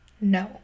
No